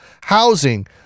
housing